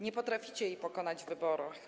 Nie potraficie jej pokonać w wyborach.